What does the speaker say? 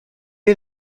est